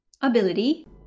ability